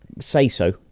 say-so